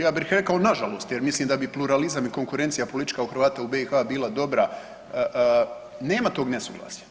Ja bih rekao nažalost jer mislim da bi pluralizam i konkurencija politička Hrvata u BiH bila dobra, nema tog nesuglasja.